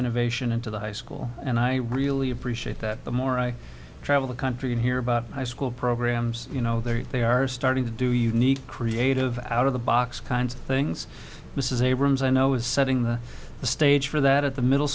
innovation into the high school and i really appreciate that the more i travel the country and hear about high school programs you know that they are starting to do unique creative out of the box kinds of things this is abrams i know is setting the stage for that at the middle